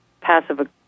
passive